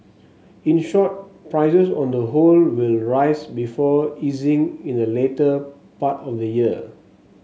in short prices on the whole will rise before easing in the latter part of the year